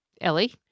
Ellie